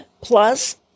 Plus